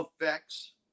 effects